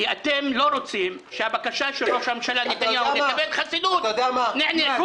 כי אתם לא רוצים שהבקשה של ראש הממשלה נתניהו לקבל חסינות נענית.